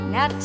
Now